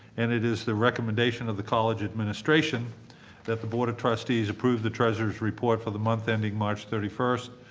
and it is the recommendation of the college administration that the board of trustees approve the treasurer's report for the month ending march thirty first,